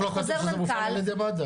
אבל בחוק לא כתוב שזה מופעל על ידי מד"א,